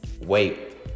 Wait